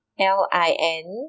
L I N